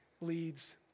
leads